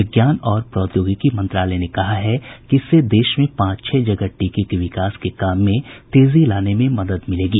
विज्ञान और प्रौद्योगिकी मंत्रालय ने कहा है कि इससे देश में पांच छह जगह टीके के विकास के काम में तेजी लाने में मदद मिलेगी